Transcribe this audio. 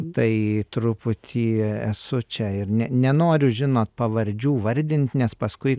tai truputį esu čia ir ne nenoriu žinot pavardžių vardint nes paskui